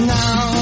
now